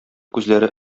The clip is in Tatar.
күзләре